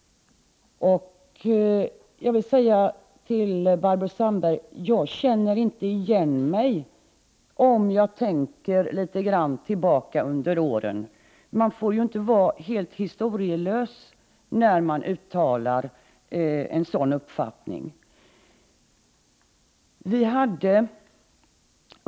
Jag vill säga till Barbro Sandberg att jaginte känner igen mig, om jag tänker tillbaka under åren. Man får inte vara helt historielös när man uttalar en sådan uppfattning.